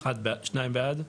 הצבעה בעד, 2 נגד,